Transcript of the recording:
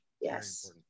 Yes